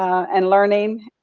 and learning,